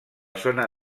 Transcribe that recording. zona